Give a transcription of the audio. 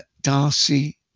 Darcy